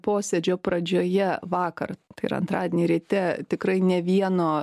posėdžio pradžioje vakar tai yra antradienį ryte tikrai ne vieno